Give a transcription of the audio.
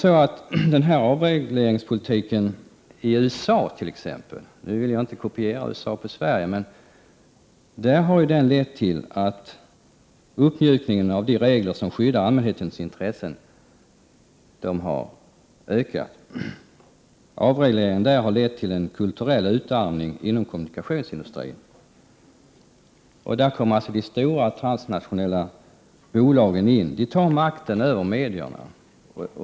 Jag vill inte kopiera USA på Sverige, men i USA har avregleringspolitiken lett till en uppmjukning av de regler som skyddar allmänhetens intressen. Avregleringen där har lett till kulturell utarmning inom kommunikationsindustrin. Där kommer de stora transnationella bolagen in. De tar makten över medierna.